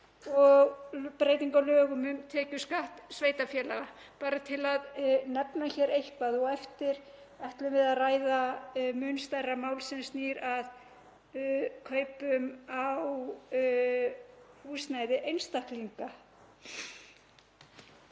og breyting á lögum um tekjuskatt sveitarfélaga, bara til að nefna hér eitthvað, og á eftir ætlum við að ræða mun stærra mál sem snýr að kaupum á húsnæði einstaklinga.